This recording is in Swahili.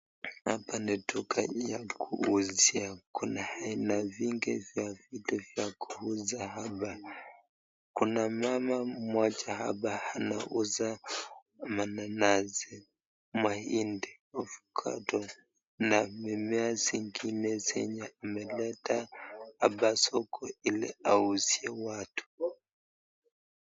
Hapa ni duka ya kuuzia kuna aina vingi vay vitu za kuuza hapa , kuna mama mmoja hapa anauza mananasi, mahindi, ovacado na mimea zingine zenye ameleta hapa soko ili auzie watu.